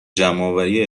جمعآوری